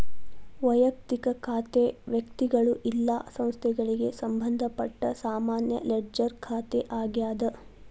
ವಯಕ್ತಿಕ ಖಾತೆ ವ್ಯಕ್ತಿಗಳು ಇಲ್ಲಾ ಸಂಸ್ಥೆಗಳಿಗೆ ಸಂಬಂಧಪಟ್ಟ ಸಾಮಾನ್ಯ ಲೆಡ್ಜರ್ ಖಾತೆ ಆಗ್ಯಾದ